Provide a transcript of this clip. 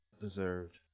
deserved